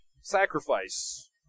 sacrifice